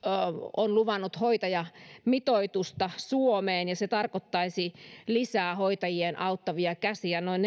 on luvannut hoitajamitoitusta suomeen ja se tarkoittaisi lisää hoitajien auttavia käsiä noin